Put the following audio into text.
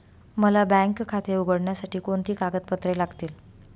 मला बँक खाते उघडण्यासाठी कोणती कागदपत्रे लागतील?